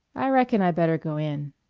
i reckon i better go in.